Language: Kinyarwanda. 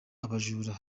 abajura